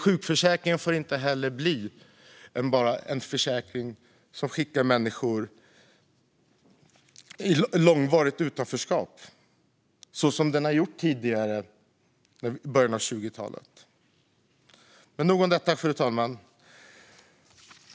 Sjukförsäkringen får inte bli en försäkring som skickar ut människor i långvarigt utanförskap, så som den gjorde i början av 2000-talet. Nog om detta, fru talman.